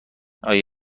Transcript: آیا